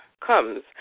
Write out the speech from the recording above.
comes